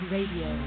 Radio